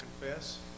confess